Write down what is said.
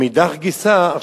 מאידך גיסא,